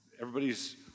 everybody's